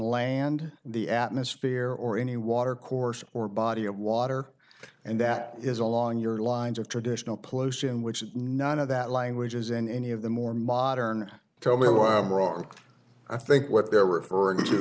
in the atmosphere or any water course or body of water and that is along your lines of traditional pollution which none of that language is in any of the more modern told me wrong i think what they're referring to